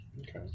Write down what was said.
okay